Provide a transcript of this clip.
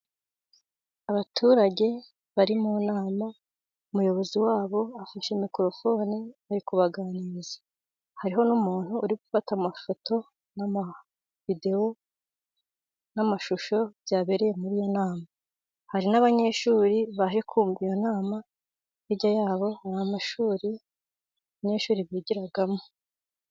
Abaturage bari mu nama, umuyobozi wabo afashe mikorofone ari kubaganiriza, hariho n'umuntu uri gufata amafoto, n'amavidewo ,n'amashusho byabereye muri iyo nama, hari n'abanyeshuri baje kumva iyo nama ,hirya yabo hari amashuri abanyeshuri bigiramo.